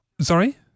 Sorry